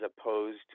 opposed